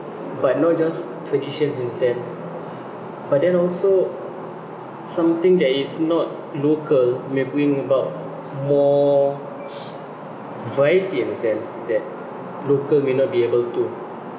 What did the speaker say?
but not just traditions in a sense but then also something that is not local may bring about more variety in a sense that local may not be able to